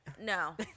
No